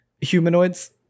humanoids